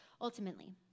Ultimately